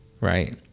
right